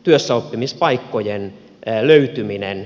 työssäoppimispaikkojen löytyminen